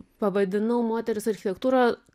pavadinau moteris architektūro